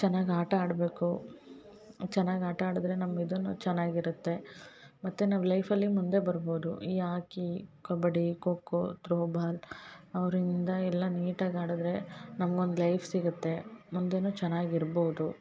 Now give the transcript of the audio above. ಚೆನ್ನಾಗಿ ಆಟ ಆಡಬೇಕು ಚೆನ್ನಾಗಿ ಆಟ ಆಡಿದರೆ ನಮ್ಮ ಇದೂನು ಚೆನ್ನಾಗಿರತ್ತೆ ಮತ್ತು ನಾವು ಲೈಫ್ ಅಲ್ಲಿ ಮುಂದೆ ಬರ್ಬೌದು ಈ ಆಕಿ ಕಬಡ್ಡಿ ಖೋಖೋ ತ್ರೋಬಾಲ್ ಅವರಿಂದ ಎಲ್ಲಾ ನೀಟಾಗಿ ಆಡಿದ್ರೆ ನಮ್ಗೊಂದು ಲೈಫ್ ಸಿಗುತ್ತೆ ಮುಂದೆನು ಚೆನ್ನಾಗಿ ಇರ್ಬೌದು